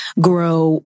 grow